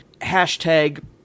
hashtag